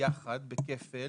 ולפיצויים לפי